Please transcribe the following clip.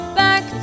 back